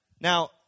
Now